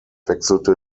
wechselte